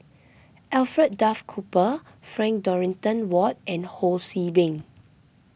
Alfred Duff Cooper Frank Dorrington Ward and Ho See Beng